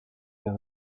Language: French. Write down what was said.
vers